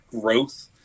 growth